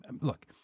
look